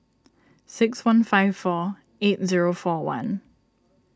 six one five four eight zero four one